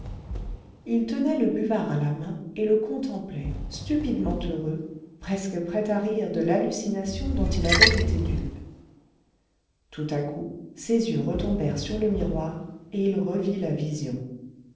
il tenait le buvard à la main et le contemplait stupidement heureux presque prêt à rire de l'hallucination dont il avait été dupe tout à coup ses yeux retombèrent sur le miroir et il revit la vision